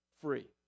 Free